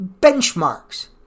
benchmarks